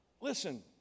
Listen